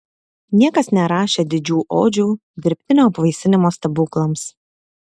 niekas nerašė didžių odžių dirbtinio apvaisinimo stebuklams